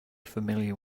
familiar